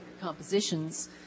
compositions